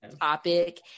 topic